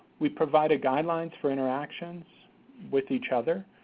we provided guidelines for interactions with each other,